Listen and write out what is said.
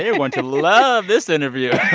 they are going to love this interview